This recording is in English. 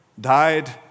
died